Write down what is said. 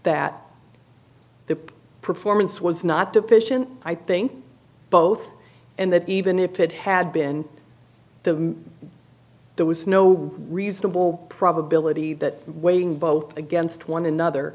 that the performance was not deficient i think both and that even if it had been the there was no reasonable probability that waiting vote against one another